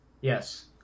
Yes